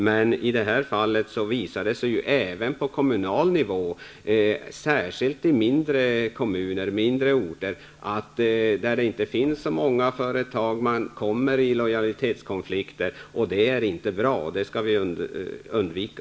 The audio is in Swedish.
Men i detta fall visar det sig även på kommunal nivå, särskilt i mindre kommuner och på mindre orter där det inte finns så många företag, att man kommer i lojalitetskonflikt. Det är inte bra, och det skall vi undvika.